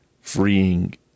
freeing